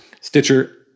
Stitcher